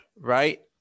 right